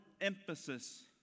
emphasis